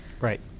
right